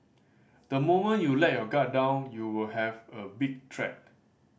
the moment you let your guard down you will have a big threat